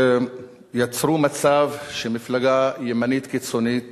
יצרו מצב שמפלגה ימנית קיצונית